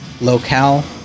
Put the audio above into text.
locale